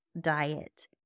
diet